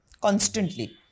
Constantly